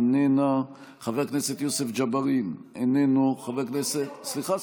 איננה, חבר הכנסת יוסף ג'בארין, איננו, סליחה.